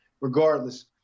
Regardless